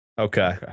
Okay